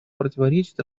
противоречит